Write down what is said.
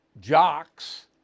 jocks